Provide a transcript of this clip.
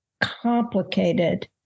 complicated